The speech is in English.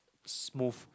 smooth